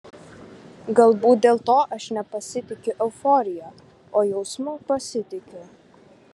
galbūt dėl to aš nepasitikiu euforija o jausmu pasitikiu